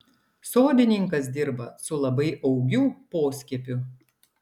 sodininkas dirba su labai augiu poskiepiu